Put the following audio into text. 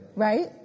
right